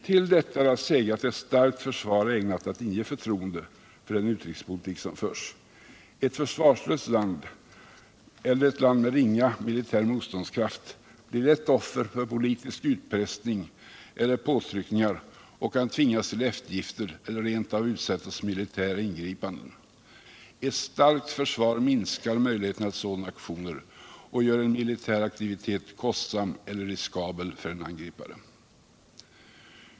Till detta är att säga att just ett starkt försvar är ägnat att inge förtroende för den utrikespolitik som förs. Ett försvarslöst land eller ett land med ringa militär motståndskraft blir lätt offer för politisk utpressning eller påtryckningar och kan tvingas till eftergifter eller rent av utsättas för militära ingripanden. Ett starkt försvar minskar möjligheterna till sådana aktioner och gör en militär aktivitet kostsam eller riskabel för en angripare.